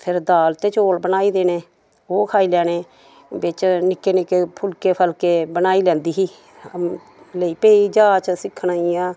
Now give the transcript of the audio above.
फिर दाल ते चौल बनाई देने ओह् खाई लैने बिच नि'क्के नि'क्के फुलके बनाई लैंदी ही लेई पेई जाच सिक्खन इ'यां